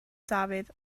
dafydd